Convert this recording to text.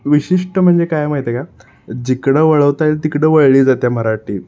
विशिष्ट म्हणजे काय माहीत आहे का जिकडं वळवता येईल तिकडं वळली जाते मराठी